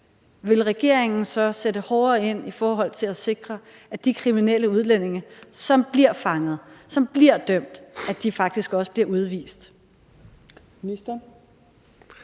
vil regeringen så sætte hårdere ind i forhold til at sikre, at de kriminelle udlændinge, som bliver fanget, som bliver dømt, faktisk også bliver